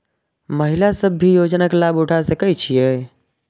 महिला सब भी योजना के लाभ उठा सके छिईय?